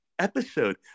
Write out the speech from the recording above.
episode